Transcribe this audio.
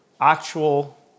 actual